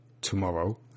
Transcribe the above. tomorrow